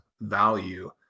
value